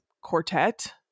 quartet